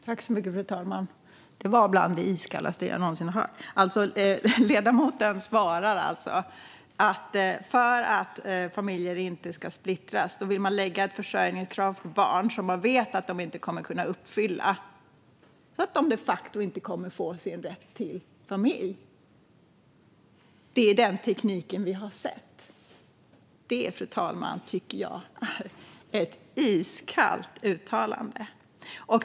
Fru talman! Det här var bland det iskallaste jag någonsin har hört. Ledamoten svarar alltså att för att familjer inte ska splittras vill man lägga ett försörjningskrav på barn som man vet att de inte kommer att kunna uppfylla, vilket gör att de de facto inte kommer att få sin rätt till familj. Det är den tekniken vi har sett, sa Hans Eklind. Det, fru talman, tycker jag är ett iskallt uttalande.